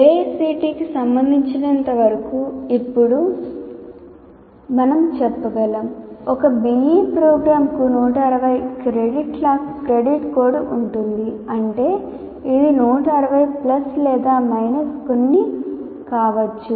AICTE కి సంబంధించినంతవరకు ఇప్పుడు మనం చెప్పగలం ఒక BE ప్రోగ్రామ్కు 160 క్రెడిట్ల క్రెడిట్ లోడ్ ఉంటుంది అంటే ఇది 160 ప్లస్ లేదా మైనస్ కొన్ని కావచ్చు